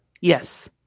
Yes